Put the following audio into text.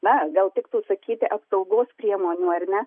na gal tiktų sakyti apsaugos priemonių ar ne